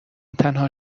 تنها